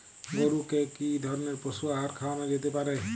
গরু কে কি ধরনের পশু আহার খাওয়ানো যেতে পারে?